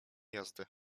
jazdy